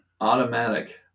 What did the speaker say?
Automatic